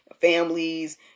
families